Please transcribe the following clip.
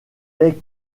est